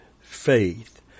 faith